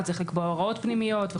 וצריך לקבוע הוראות פנימיות,